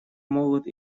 могут